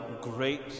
great